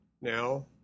now